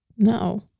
No